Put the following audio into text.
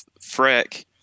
freck